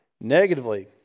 Negatively